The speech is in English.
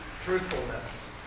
Truthfulness